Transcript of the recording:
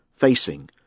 facing